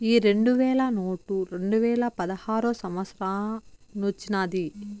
ఈ రెండు వేల నోటు రెండువేల పదహారో సంవత్సరానొచ్చినాది